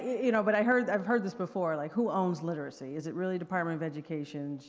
you know, but i heard i've heard this before, like who owns literacy? is it really department of education?